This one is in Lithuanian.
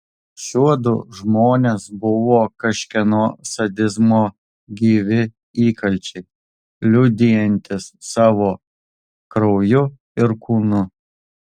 šiuodu žmonės buvo kažkieno sadizmo gyvi įkalčiai liudijantys savo krauju ir kūnu